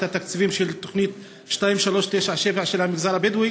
התקציבים של תוכנית 2397 של המגזר הבדואי,